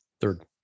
Third